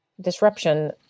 disruption